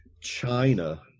China